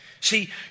See